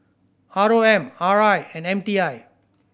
R O M R I and M T I